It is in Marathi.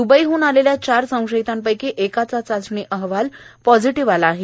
द्रबईवरून आलेल्या चार संशयितांपैकी एकाचा चाचणी अहवाल पॉझिटिव्ह आला आहे